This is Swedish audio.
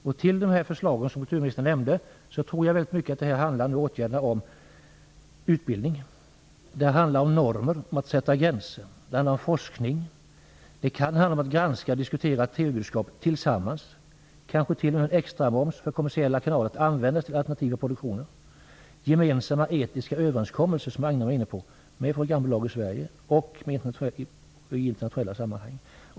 Förutom de förslag till åtgärder som kulturministern nämnde tror jag att det handlar mycket om utbildning. Det handlar om normer och om att sätta gränser. Det handlar om forskning. Det kan handla om att granska och diskutera TV-budskapet tillsammans. Kanske skall det t.o.m. vara en extramoms för kommersiella kanaler. Den kan då användas till alternativa produktioner. Det handlar om gemensamma etiska överenskommelser, som Agne Hansson var inne på, med programbolagen i Sverige och i internationella sammanhang.